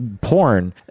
porn